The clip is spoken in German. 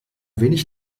wenig